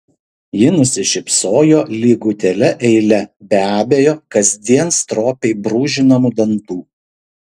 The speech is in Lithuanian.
ji nusišypsojo lygutėle eile be abejo kasdien stropiai brūžinamų dantų